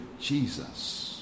Jesus